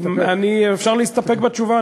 אפשר להסתפק בתשובה,